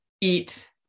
eat